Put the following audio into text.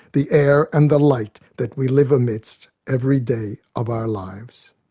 the air and the light that we live amidst every day of our lives.